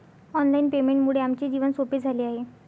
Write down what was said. online पेमेंटमुळे आमचे जीवन सोपे झाले आहे